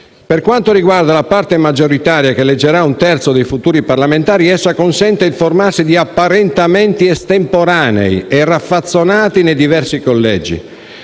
Per quanto riguarda la parte maggioritaria, che eleggerà un terzo dei futuri parlamentari, essa consente il formarsi di apparentamenti estemporanei e raffazzonati nei diversi collegi: